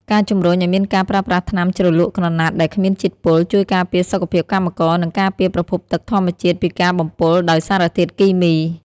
ការជំរុញឱ្យមានការប្រើប្រាស់ថ្នាំជ្រលក់ក្រណាត់ដែលគ្មានជាតិពុល ជួយការពារសុខភាពកម្មករ និងការពារប្រភពទឹកធម្មជាតិពីការបំពុលដោយសារធាតុគីមី។